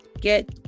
Get